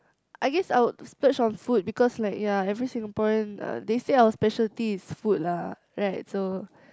I guess I would splurge on food because like ya every Singaporean uh they say our specialty is food lah right so